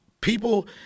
people